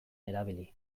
erabili